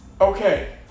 okay